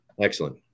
excellent